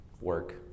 Work